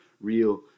real